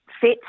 fit